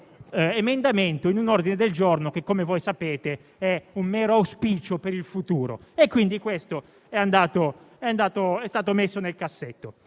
l'emendamento in un ordine del giorno che, come sapete, è un mero auspicio per il futuro. Quindi, questo è stato messo nel cassetto,